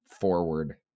forward